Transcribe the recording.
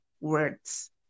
words